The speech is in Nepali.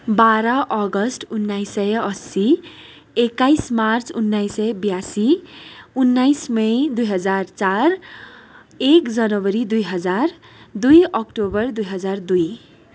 बाह्र अगस्त उन्नाइसय अस्सी एक्काइस मार्च उन्नाइसय ब्यासी उन्नाइस मे दुई हजार चार एक जनवरी दुई हजार दुई अक्टोबर दुई हजार दुई